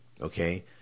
Okay